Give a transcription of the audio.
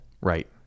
Right